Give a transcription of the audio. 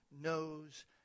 knows